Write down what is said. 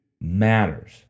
matters